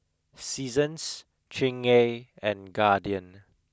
Seasons Chingay and Guardian